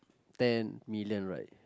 ten million right